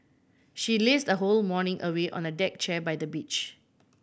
she lazed her whole morning away on a deck chair by the beach